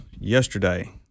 yesterday